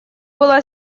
была